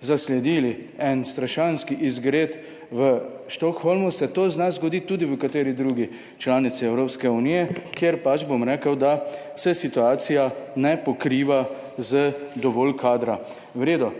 zasledili en strašanski izgred v Stockholmu, se to zna zgoditi tudi v kateri drugi članici Evropske unije, kjer se pač situacija ne pokriva z dovolj kadra. V redu,